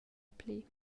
pli